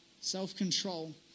Self-control